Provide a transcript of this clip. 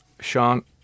Sean